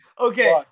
Okay